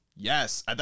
Yes